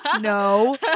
no